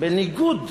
בניגוד